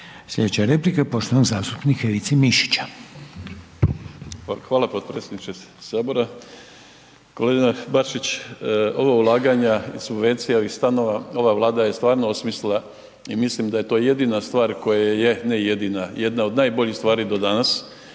**Mišić, Ivica (Nezavisni)** Hvala potpredsjedniče sabora, kolega Bačić ova ulaganja i subvencija ovih stanova ova Vlada je stvarno osmislila i mislim da je to jedina stvar koja je, ne jedina, jedna od najboljih stvari do danas,